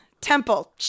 Temple